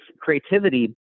creativity